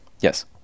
Yes